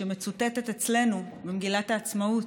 שמצוטטות אצלנו במגילת העצמאות.